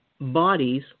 bodies